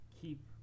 Keep